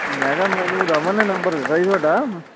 ਮੈਂ ਕਿਹਾ ਮੈਨੂੰ ਰਮਨ ਨੇ ਨੰਬਰ ਦਿੱਤਾ ਸੀ ਤੁਹਾਡਾ